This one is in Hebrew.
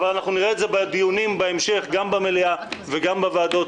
נראה את זה בדיונים בהמשך גם במליאה וגם בוועדות,